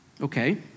Okay